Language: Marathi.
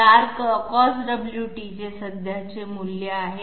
हे R Cosωt चे सध्याचे मूल्य आहे